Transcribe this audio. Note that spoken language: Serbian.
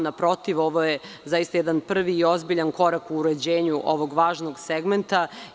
Naprotiv, ovo je zaista jedan prvi i ozbiljan korak u uređenju ovog važnog segmenta.